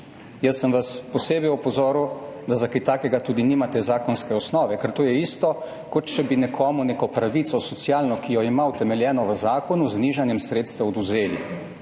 Jaz sem vas posebej opozoril, da za kaj takega tudi nimate zakonske osnove, ker to je isto, kot če bi nekomu neko pravico, socialno, ki jo ima utemeljeno v zakonu z znižanjem sredstev odvzeli